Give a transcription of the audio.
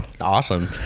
Awesome